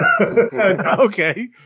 Okay